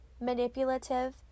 manipulative